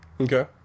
Okay